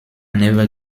never